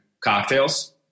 cocktails